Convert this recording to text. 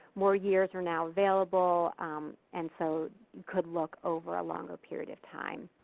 more years are now available and so could look over a longer period of time.